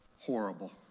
Horrible